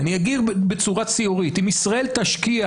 אני אגיד בצורה ציורית: אם ישראל תשקיע